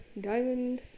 diamond